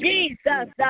Jesus